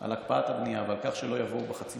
על הקפאת הבנייה ועל כך שלא יבואו בחצי